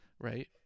Right